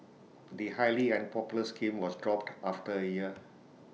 the highly unpopular scheme was dropped after A year